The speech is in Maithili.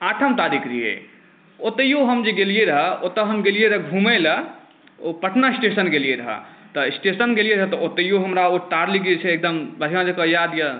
आठम तारीख रहै ओतहु हम जे गेलिए रहै ओतऽ हम गेलिए रहै घुमैलए ओ पटना स्टेशन गेलिए रहै तऽ स्टेशन गेलिए रहै ओतहु ओ हमरा तारीख जे छै बढ़िआँ जकाँ याद अइ